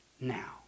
now